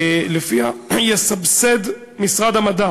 ולפיה יסבסד משרד המדע